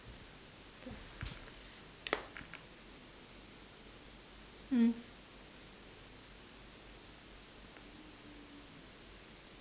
mm